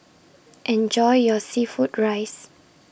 Enjoy your Seafood Rice